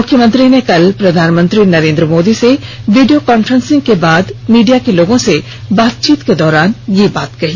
मुख्यमंत्री ने कल प्रधानमंत्री नरेन्द्र मोदी से वीडियो कांफ्रेसिंग करने के बाद मीडिया के लोगों से बातचीत के दौरान ये बाते कहीं